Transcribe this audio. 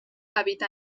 habita